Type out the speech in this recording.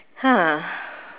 !huh!